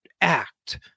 act